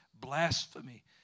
blasphemy